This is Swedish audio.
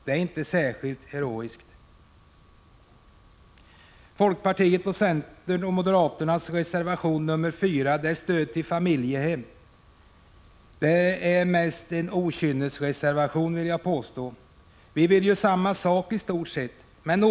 Det är inte särskilt heroiskt! Folkpartiets, centerns och moderaternas reservation 4 gäller stöd till familjehem. Det är mest en okynnesreservation, vill jag påstå. Vi vill ju i stort sett samma sak.